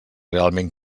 realment